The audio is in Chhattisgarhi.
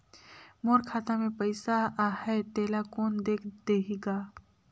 मोर खाता मे पइसा आहाय तेला कोन देख देही गा?